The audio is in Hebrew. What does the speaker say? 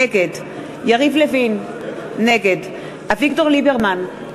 נגד יריב לוין, נגד אביגדור ליברמן,